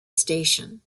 station